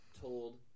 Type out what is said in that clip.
told